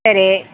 சரி